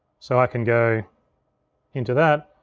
so i can go into that,